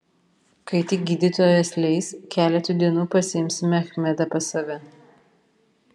kai tik gydytojas leis keletui dienų pasiimsime achmedą pas save